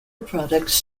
products